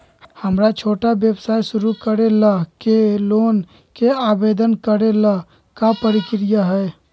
हमरा छोटा व्यवसाय शुरू करे ला के लोन के आवेदन करे ल का प्रक्रिया हई?